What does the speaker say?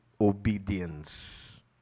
obedience